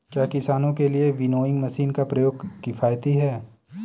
क्या किसानों के लिए विनोइंग मशीन का प्रयोग किफायती है?